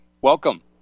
welcome